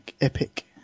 epic